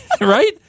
Right